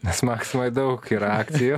nes maksmoj daug yra akcijų